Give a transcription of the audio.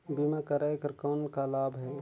बीमा कराय कर कौन का लाभ है?